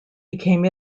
became